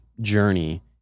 journey